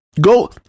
Go